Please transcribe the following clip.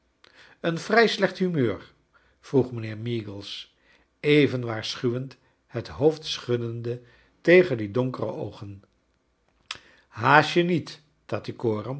een vrij slecht humeur v vroeg mijnheer meagles even waarschuwend het hoofd schuddende tegen die donkere oogen haast je niet tattycoram